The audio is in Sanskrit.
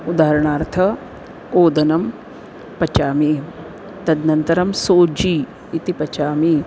उदाहरणार्थम् ओदनं पचामि तदनन्तरं सोजि इति पचामि